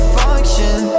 function